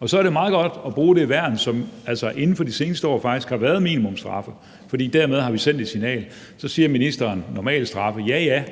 og så er det jo meget godt at bruge det værn, som minimumsstraffene inden for de seneste år faktisk har været, fordi vi dermed har sendt et signal. Så siger ministeren normalstraffe. Ja, ja,